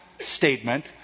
statement